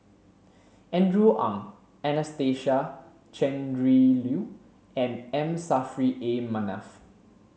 Andrew Ang Anastasia Tjendri Liew and M Saffri A Manaf